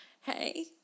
Hey